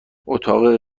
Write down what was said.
اتاق